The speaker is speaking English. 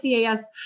cas